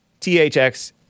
THX